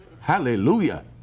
Hallelujah